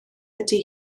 ydy